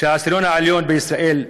שהעשירון העליון בישראל,